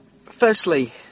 Firstly